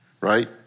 right